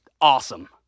awesome